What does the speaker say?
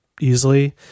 easily